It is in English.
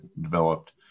developed